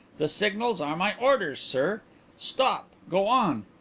the signals are my orders, sir stop! go on!